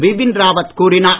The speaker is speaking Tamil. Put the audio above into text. பிபின் ராவத் கூறினார்